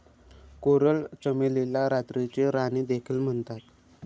coral चमेलीला रात्रीची राणी देखील म्हणतात